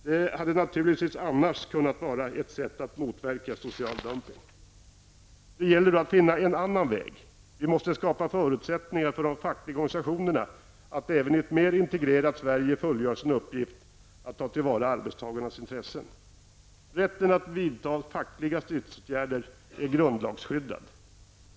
Det hade naturligtvis annars kunnat vara ett sätt att motverka social dumpning. Det gäller då att finna en annan väg. Vi måste skapa förutsättningar för de fackliga organisationerna att även i ett mer integrerat Sverige fullgöra sin uppgift att ta till vara arbetstagarnas intressen. Rätten att vidta fackliga stridsåtgärder är grundlagsskyddad.